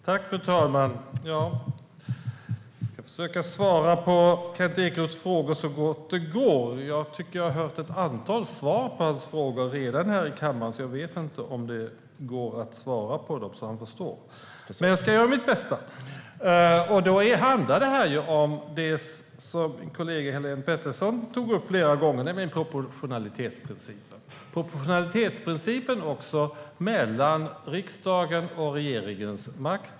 Fru talman! Jag ska försöka svara på Kent Ekeroths frågor så gott det går. Jag tycker dock att jag redan har hört ett antal svar på hans frågor här i kammaren, så jag vet inte om det går att svara på dem så att han förstår. Men jag ska göra mitt bästa! Det här handlar om något som min kollega Helene Petersson tog upp flera gånger, nämligen proportionalitetsprincipen. Proportionalitetsprincipen gäller också förhållandet mellan riksdagens och regeringens makt.